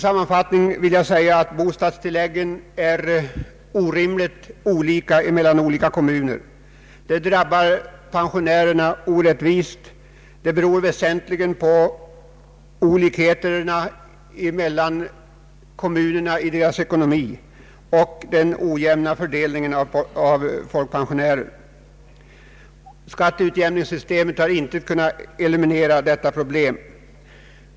Sammanfattningsvis vill jag säga att bostadstilläggen utgår med orimligt varierande belopp i olika kommuner. Detta drabbar pensionärerna på ett orättvist sätt, väsentligen beroende på olikheter kommunerna emellan i fråga om deras ekonomi och på den ojämna fördelningen av folkpensionärer. Skatteutjämningssystemet har inte kunnat eliminera detta problem.